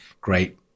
great